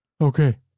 Okay